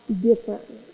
differently